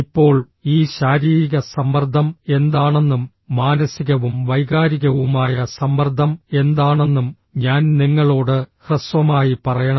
ഇപ്പോൾ ഈ ശാരീരിക സമ്മർദ്ദം എന്താണെന്നും മാനസികവും വൈകാരികവുമായ സമ്മർദ്ദം എന്താണെന്നും ഞാൻ നിങ്ങളോട് ഹ്രസ്വമായി പറയണം